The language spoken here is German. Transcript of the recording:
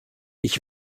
ich